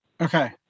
Okay